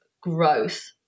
growth